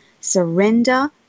surrender